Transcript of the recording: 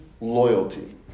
loyalty